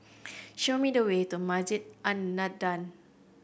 show me the way to Masjid An Nahdhah